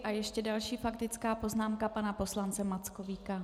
A ještě další faktická poznámka pana poslance Mackovíka.